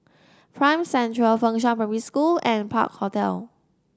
Prime Central Fengshan Primary School and Park Hotel